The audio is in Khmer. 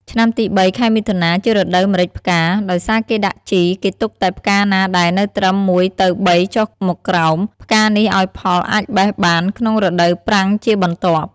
ឆ្នាំទី៣ ខែមិថុនា ជារដូវម្រេចផ្កា ដោយសារគេដាក់ជី គេទុកតែផ្កាណាដែល នៅត្រឹម ១ ទៅ ៣ ចុះមកក្រោម ផ្កានេះឱ្យផលអាចបេះបានក្នុងរដូវប្រាំងជាបន្ទាប់។